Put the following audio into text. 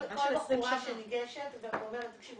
כל בחורה שניגשת ואומרת "תקשיבו,